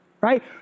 Right